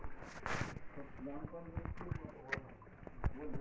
UPI पेमेंटसाठी कोणकोणती apps आहेत?